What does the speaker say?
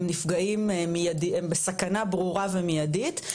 הם בסכנה ברורה ומיידית,